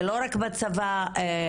זה לא רק בצבא הישראלי,